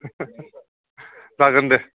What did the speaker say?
जागोन दे